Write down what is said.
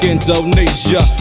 Indonesia